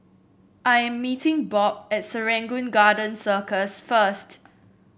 I am meeting Bob at Serangoon Garden Circus first